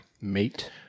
Mate